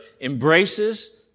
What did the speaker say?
embraces